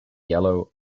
yellow